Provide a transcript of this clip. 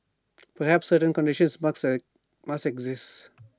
perhaps certain conditions must exist